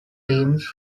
teams